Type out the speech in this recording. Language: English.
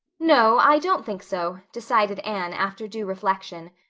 no, i don't think so, decided anne, after due reflection,